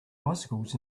bicycles